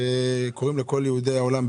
וקוראים לכל יהודי העולם,